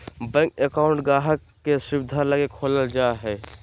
bank account गाहक़ के सुविधा लगी खोलल जा हय